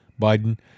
Biden